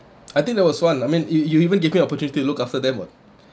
I think there was one I mean you you even give me a opportunity to look after them [what]